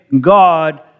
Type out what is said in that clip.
God